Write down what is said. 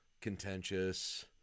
contentious